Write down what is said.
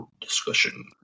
discussion